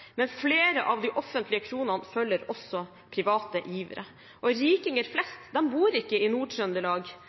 men flere av de offentlige kronene følger også private givere – og rikinger flest bor ikke i